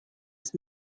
ist